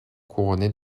couronnés